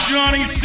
Johnny